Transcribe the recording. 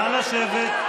נא לשבת.